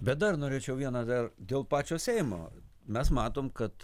bet dar norėčiau vieną dar dėl pačio seimo mes matom kad